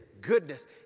Goodness